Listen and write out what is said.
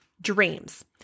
dreams